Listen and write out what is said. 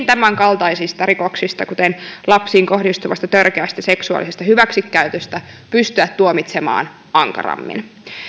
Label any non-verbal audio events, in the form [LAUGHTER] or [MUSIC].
[UNINTELLIGIBLE] tämänkaltaisista rikoksista kuten lapsiin kohdistuvasta törkeästä seksuaalisesta hyväksikäytöstä pystyä tuomitsemaan ankarammin